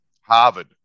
Harvard